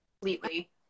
completely